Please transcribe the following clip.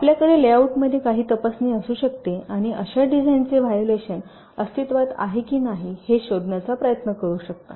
आपल्याकडे लेआउटमध्ये काही तपासणी असू शकते आणि अशा डिझाइनचे व्हायोलेशन अस्तित्त्वात आहे की नाही हे शोधण्याचा प्रयत्न करू शकता